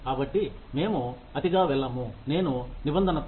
కాబట్టి మేము అతిగా వెళ్ళము అనే నిబంధనతో